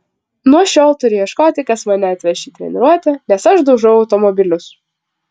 nuo šiol turiu ieškoti kas mane atveš į treniruotę nes aš daužau automobilius